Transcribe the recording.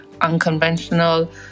unconventional